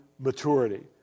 maturity